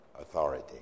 authority